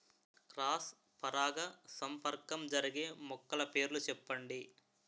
Cross పరాగసంపర్కం జరిగే మొక్కల పేర్లు చెప్పండి?